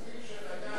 מספיק דקה